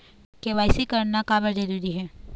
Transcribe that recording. KYC करना का बर जरूरी हे?